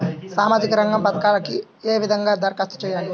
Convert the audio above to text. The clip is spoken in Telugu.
సామాజిక రంగ పథకాలకీ ఏ విధంగా ధరఖాస్తు చేయాలి?